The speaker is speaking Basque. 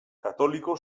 katoliko